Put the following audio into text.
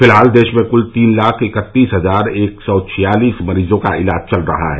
फिलहाल देश में कुल तीन लाख इकत्तीस हजार एक सौ छियालीस मरीजों का इलाज चल रहा है